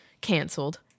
canceled